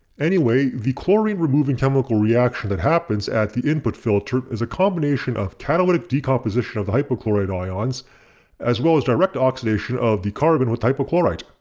anyway, the chlorine removing chemical reaction that happens at the input filter is a combination of catalytic decomposition of the hypochlorite ions as well as direct oxidation of the carbon with the hypochlorite.